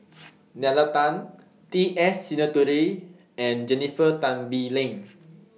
Nalla Tan T S Sinnathuray and Jennifer Tan Bee Leng